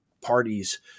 parties